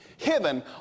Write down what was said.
Heaven